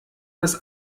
das